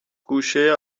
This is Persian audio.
گوشه